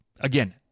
again